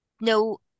no